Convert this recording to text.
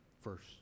first